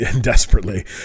desperately